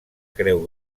creu